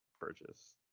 purchase